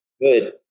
good